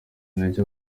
nicyo